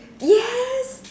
yes